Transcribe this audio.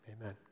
amen